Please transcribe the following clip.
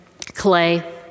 clay